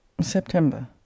September